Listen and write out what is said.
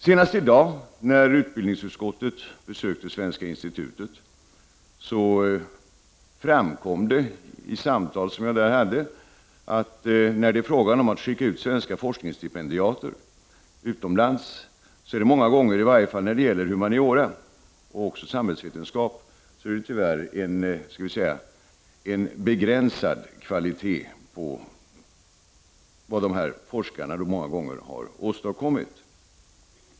Senast i dag, när utbildningsutskottet besökte Svenska institutet, framkom det i samtal som jag där hade att det, när det är fråga om att skicka svenska forskningsstipendiater utomlands, tyvärr många gånger, i varje fall när det gäller humaniora och samhällsvetenskap, är en begränsad kvalitet på det som dessa forskare har åstadkommit.